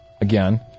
Again